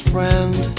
Friend